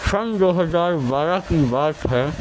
سن دو ہزار بارہ کی بات ہے